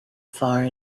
far